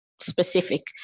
specific